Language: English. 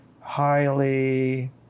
highly